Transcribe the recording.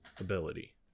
ability